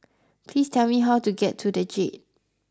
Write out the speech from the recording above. please tell me how to get to The Jade